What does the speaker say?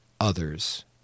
others